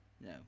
No